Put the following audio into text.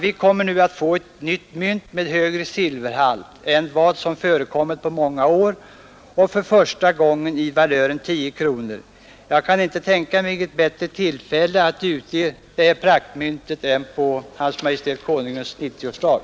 Vi kommer nu att få ett nytt mynt med högre silverhalt än vad som förekommit på många år och för första gången i valören tio kronor. Jag kan inte tänka mig ett bättre tillfälle att ge ut detta praktmynt än på Hans Majestät Konungens 90-årsdag.